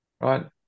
right